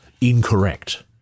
Incorrect